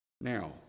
Now